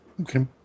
Okay